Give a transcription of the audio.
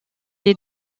est